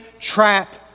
trap